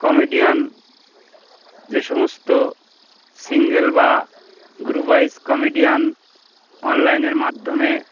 comedian যে সমস্ত single বা গ্রুপওয়াইস কমিডিয়ান অনলাইনের মাধ্যমে